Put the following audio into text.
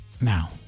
Now